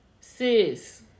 sis